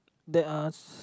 there are s~